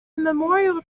memorial